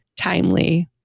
timely